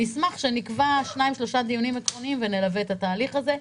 אשמח שנקבע שניים שלושה דיונים עקרוניים ונלווה את התהליך הזה,